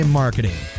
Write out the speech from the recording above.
marketing